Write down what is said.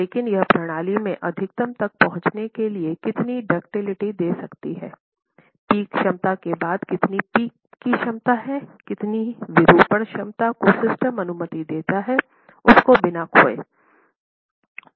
लेकिन यह प्रणाली में अधिकतम तक पहुँचने के लिए कितनी डक्टिलिटी दे सकती है पीक क्षमता के बाद कितनी पीक की क्षमता है कितनी विरूपण क्षमता को सिस्टम अनुमति देता है उसको बिना खोए